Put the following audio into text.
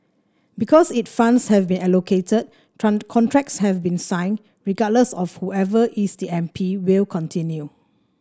because if funds have been allocated contracts have been signed regardless of whoever is the M P will continue